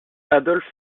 adolphe